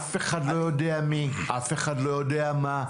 אף אחד לא יודע מי, אף אחד לא יודע מה.